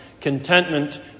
contentment